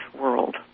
world